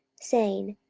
saying,